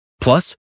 Plus